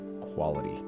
quality